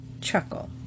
chuckle